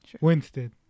Winston